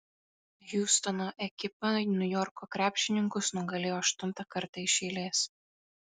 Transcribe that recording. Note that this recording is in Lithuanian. hjustono ekipa niujorko krepšininkus nugalėjo aštuntą kartą iš eilės